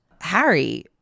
Harry